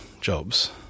jobs